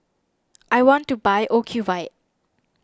I want to buy Ocuvite